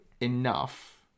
enough